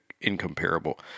incomparable